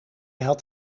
had